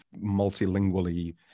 multilingually